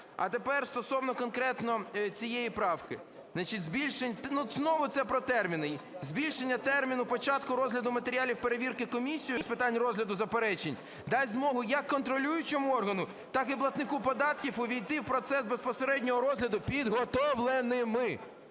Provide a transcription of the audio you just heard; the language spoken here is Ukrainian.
ну, знову це про терміни. Збільшення терміну початку розгляду матеріалів перевірки комісією з питань розгляду заперечень дасть змогу як контролюючому органу, так і платнику податків, увійти в процес безпосереднього розгляду підготовленими.